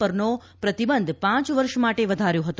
પરનો પ્રતિબંધ પાંચ વર્ષ માટે વધાર્યો ફતો